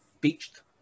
beached